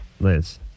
Liz